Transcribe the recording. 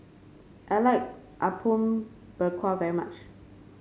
I like Apom Berkuah very much